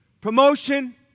promotion